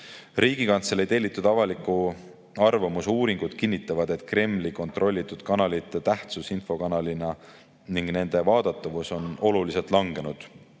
Riigikantselei tellitud avaliku arvamuse uuringud kinnitavad, et Kremli kontrollitud kanalite tähtsus infokanalina ning nende vaadatavus on oluliselt langenud.